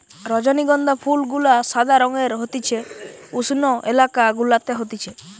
রজনীগন্ধা ফুল গুলা সাদা রঙের হতিছে উষ্ণ এলাকা গুলাতে হতিছে